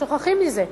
ושוכחים מזה.